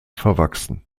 verwachsen